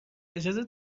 اجازه